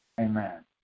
Amen